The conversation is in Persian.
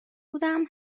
بودم